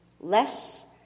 less